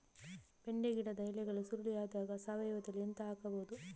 ಬೆಂಡೆ ಗಿಡದ ಎಲೆಗಳು ಸುರುಳಿ ಆದಾಗ ಸಾವಯವದಲ್ಲಿ ಎಂತ ಹಾಕಬಹುದು?